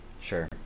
Sure